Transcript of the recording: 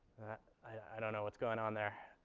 i don't know what's going on there.